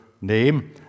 name